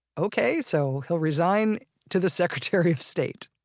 okay, so he'll resign to the secretary of state!